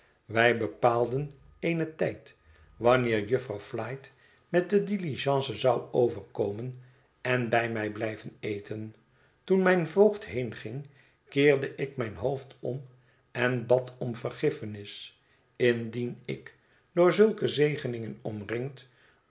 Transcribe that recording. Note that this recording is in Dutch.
wij bepaalden een tijd wanneer jufvrouw flite met de diligence zou overkomen en bij mij blijven eten toen mijn voogd heenging keerde ik mijn hoofd om en bad om vergiffenis indien ik door zulke zegeningen omringd